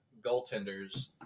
goaltenders